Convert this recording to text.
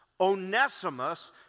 Onesimus